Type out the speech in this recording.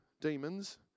demons